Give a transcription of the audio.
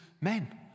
men